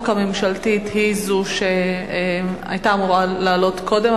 הממשלתית היא זו שהיתה אמורה לעלות קודם,